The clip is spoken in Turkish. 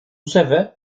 sefer